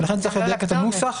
לכן צריך לדייק את הנוסח,